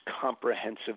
comprehensive